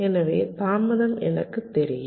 எனவே தாமதம் எனக்குத் தெரியும்